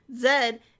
Zed